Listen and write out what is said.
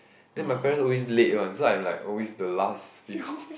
then my parents always late one so I'm like always the last few